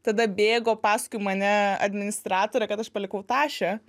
tada bėgo paskui mane administratorė kad aš palikau tašę